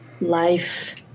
life